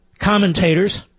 commentators